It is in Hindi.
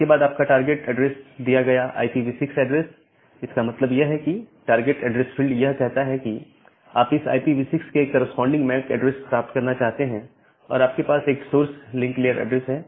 इसके बाद आप का टारगेट एड्रेस दिया गया IPv6 एड्रेस है इसका मतलब यह है कि यह टारगेट एड्रेस फील्ड यह कहता है कि आप इस IPv6 के कॉरस्पॉडिंग मैक ऐड्रेस प्राप्त करना चाहते हैं और आपके पास एक सोर्स लिंक लेयर ऐड्रेस है